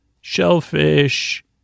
shellfish